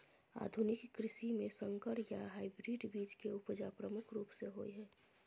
आधुनिक कृषि में संकर या हाइब्रिड बीज के उपजा प्रमुख रूप से होय हय